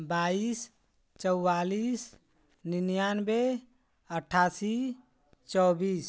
बाईस चौवालीस निन्यानबे अट्ठासी चौबीस